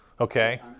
Okay